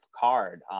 card